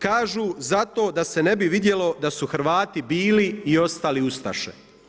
Kažu zato da se ne bi vidjelo da su Hrvati bili i ostali ustaše.